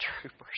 troopers